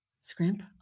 Scrimp